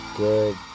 good